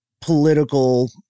political